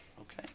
Okay